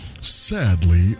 sadly